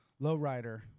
Lowrider